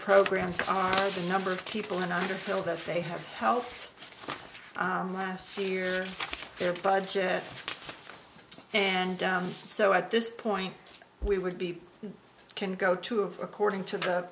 programs are the number of people and i know that they have health last year their budget and so at this point we would be can go to a according to the